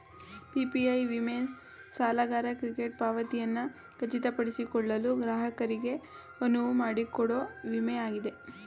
PPI ವಿಮೆ ಸಾಲಗಾರ credit ಪಾವತಿಯನ್ನ ಖಚಿತಪಡಿಸಿಕೊಳ್ಳಲು ಗ್ರಾಹಕರಿಗೆ ಅನುವುಮಾಡಿಕೊಡೊ ವಿಮೆ ಆಗಿದೆ